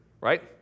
right